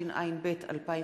א' בטבת תשע"ב,